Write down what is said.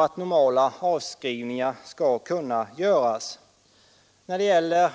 att normala avskrivningar skall kunna göras på investeringarna.